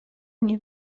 nie